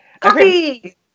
Coffee